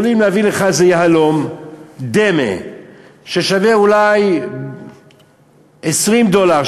יכולים להביא לך איזה יהלום דמה ששווה אולי 20 דולר,